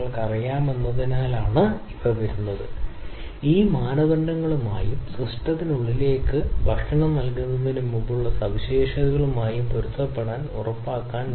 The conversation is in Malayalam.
നിങ്ങൾ ഈ പ്രക്രിയയിൽ രൂപകൽപ്പന ചെയ്യണം അങ്ങനെ ഈ ശബ്ദ ഘടകങ്ങൾ അഭിസംബോധന ചെയ്യുകയും വളരെ കർശനമായ നിയന്ത്രണം സൂക്ഷിക്കുകയും ആ പ്രത്യേക ലെവൽ